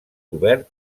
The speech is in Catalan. cobert